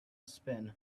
spin